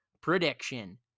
prediction